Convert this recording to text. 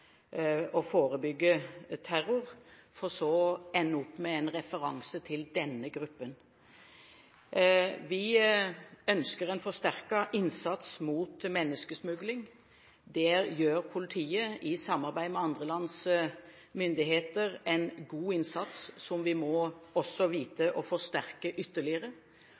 å forebygge terror, for så å ende opp med en referanse til «denne gruppen». Vi ønsker en forsterket innsats mot menneskesmugling. Der gjør politiet – i samarbeid med andre lands myndigheter – en god innsats, som vi også må vite å forsterke ytterligere.